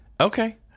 okay